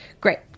great